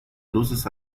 luces